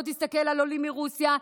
בוא תסתכל על עולים מרוסיה,